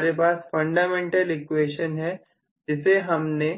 हमारे पास fundamental equation है जिसे हमने